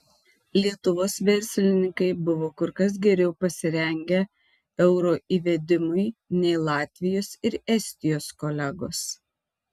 lietuvos verslininkai buvo kur kas geriau pasirengę euro įvedimui nei latvijos ir estijos kolegos